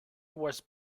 was